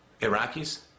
Iraqis